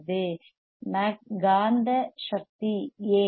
காந்த மக்நெடிக் சக்தி ஏன்